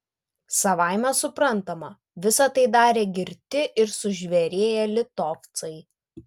savaime suprantama visa tai darė girti ir sužvėrėję litovcai